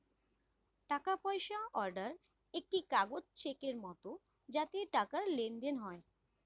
টাকা পয়সা অর্ডার একটি কাগজ চেকের মত যাতে টাকার লেনদেন হয়